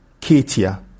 Katia